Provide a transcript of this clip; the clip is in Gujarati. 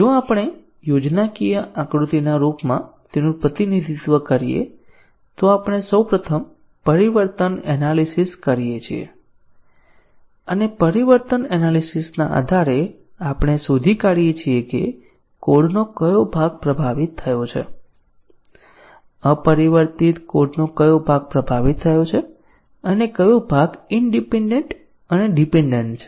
જો આપણે યોજનાકીય આકૃતિના રૂપમાં તેનું પ્રતિનિધિત્વ કરીએ તો આપણે સૌપ્રથમ પરિવર્તન એનાલીસીસ કરીએ છીએ અને પરિવર્તન એનાલીસીસના આધારે આપણે શોધી કાીએ છીએ કે કોડનો કયો ભાગ પ્રભાવિત થયો છે અપરિવર્તિત કોડનો કયો ભાગ પ્રભાવિત થયો છે અને કયો ભાગ ઈન્ડીપેન્ડન્ટ અને ડીપેન્ડેન્ટ છે